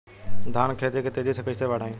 धान क खेती के तेजी से कइसे बढ़ाई?